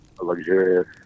luxurious